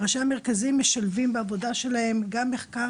ראשי המרכזים משלבים בעבודה שלהם גם מחקר